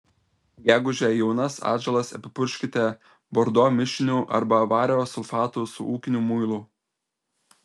gegužę jaunas atžalas apipurkškite bordo mišiniu arba vario sulfatu su ūkiniu muilu